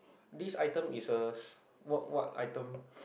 this item is a s~ what what item